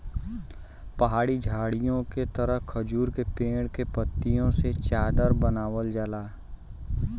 पहाड़ी झाड़ीओ के तरह खजूर के पेड़ के पत्तियों से चादर बनावल जाला